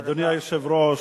אדוני היושב-ראש,